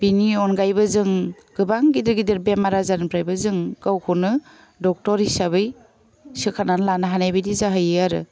बिनि अनगायैबो जों गोबां गिदिर गिदिर बेमार आजारनिफ्रायबो जों गावखौनो डक्टर हिसाबै सोखानानै लानो हानाय बायदि जाहैयो आरो